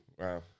Wow